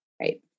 Right